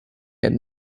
had